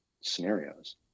scenarios